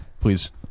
Please